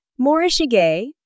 Morishige